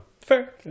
Fair